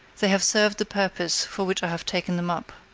they have served the purpose for which i have taken them up.